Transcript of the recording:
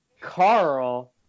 Carl